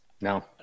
No